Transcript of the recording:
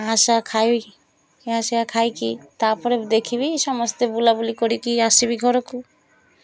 ଖାଇ ଖାଇକି ତା'ପରେ ଦେଖିବି ସମସ୍ତେ ବୁଲାବୁଲି କରିକି ଆସିବି ଘରକୁ